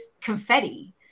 confetti